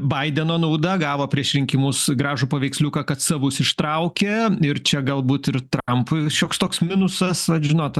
baideno nauda gavo prieš rinkimus gražų paveiksliuką kad savus ištraukė ir čia galbūt ir trampui šioks toks minusas vat žinot